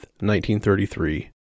1933